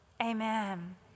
Amen